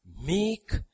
meek